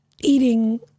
eating